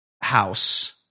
house